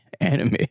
Anime